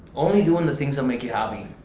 only doing the things that make you happy.